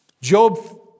Job